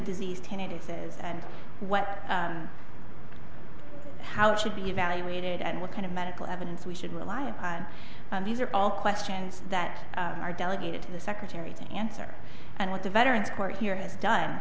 disease tenet says and what how it should be evaluated and what kind of medical evidence we should rely on these are all questions that are delegated to the secretary to answer and what the veterans court here has done